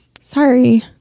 sorry